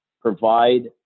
Provide